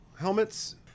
Helmets